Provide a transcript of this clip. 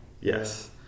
Yes